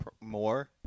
more